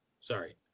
Sorry